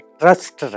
trust